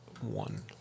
one